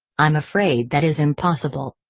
i'm afraid that is impossible.